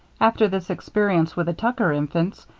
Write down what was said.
after this experience with the tucker infants,